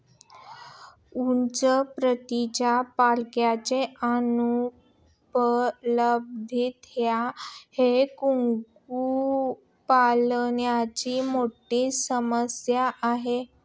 उच्च प्रतीच्या पिलांची अनुपलब्धता ही कुक्कुटपालनाची मोठी समस्या आहे